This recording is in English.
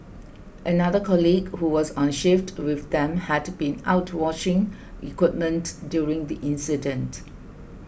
another colleague who was on shift with them had been out washing equipment during the incident